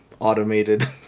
Automated